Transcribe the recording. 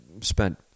spent